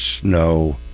snow